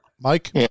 Mike